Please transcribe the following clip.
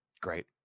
Great